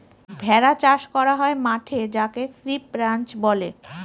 ভেড়া চাষ করা হয় মাঠে যাকে সিপ রাঞ্চ বলে